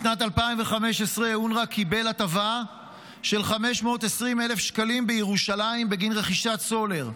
בשנת 2015 אונר"א קיבל הטבה של 520,000 שקלים בירושלים בגין רכישת סולר.